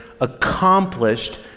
accomplished